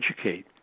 educate